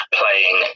playing